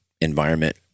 environment